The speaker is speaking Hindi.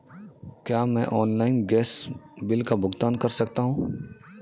क्या मैं ऑनलाइन गैस बिल का भुगतान कर सकता हूँ?